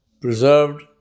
preserved